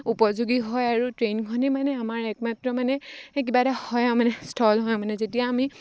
উপযোগী হয় আৰু ট্ৰেইনখনেই মানে আমাৰ একমাত্ৰ মানে কিবা এটা হয় মানে স্থল হয় মানে যেতিয়া আমি